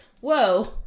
whoa